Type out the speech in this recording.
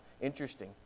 Interesting